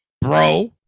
bro